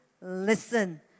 Listen